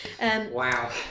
Wow